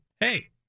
Hey